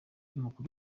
umukuru